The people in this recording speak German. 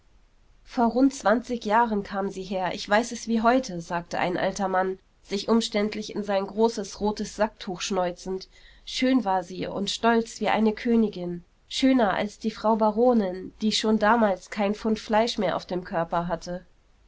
vor rund zwanzig jahren kam sie her ich weiß es wie heute sagte ein alter mann sich umständlich in sein großes rotes sacktuch schnäuzend schön war sie und stolz wie eine königin schöner als de frau baronin die schon damals kein pfund fleisch mehr auf dem körper hatte